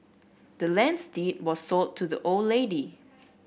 the land's deed were sold to the old lady